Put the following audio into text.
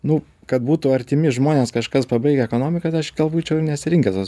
nu kad būtų artimi žmonės kažkas pabaigę ekonomiką tai aš gal būčiau ir nesirinkęs tos